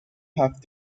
have